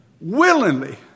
willingly